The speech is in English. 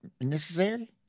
necessary